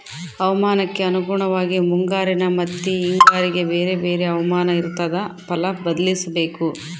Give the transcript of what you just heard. ಹವಾಮಾನಕ್ಕೆ ಅನುಗುಣವಾಗಿ ಮುಂಗಾರಿನ ಮತ್ತಿ ಹಿಂಗಾರಿಗೆ ಬೇರೆ ಬೇರೆ ಹವಾಮಾನ ಇರ್ತಾದ ಫಲ ಬದ್ಲಿಸಬೇಕು